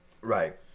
Right